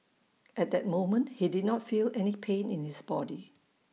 at that moment he did not feel any pain in his body